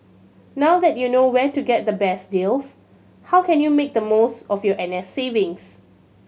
now that you know where to get the best deals how can you make the most of your N S savings